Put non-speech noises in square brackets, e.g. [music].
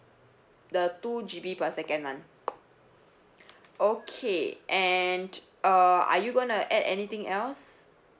the two G_B per second one [breath] okay and uh are you going to add anything else